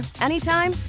anytime